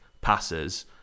passes